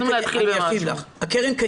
קיימת.